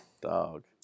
Dog